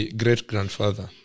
great-grandfather